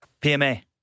PMA